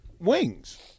wings